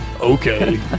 Okay